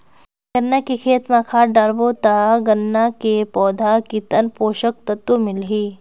गन्ना के खेती मां खाद डालबो ता गन्ना के पौधा कितन पोषक तत्व मिलही?